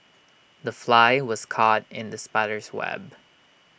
the fly was caught in the spider's web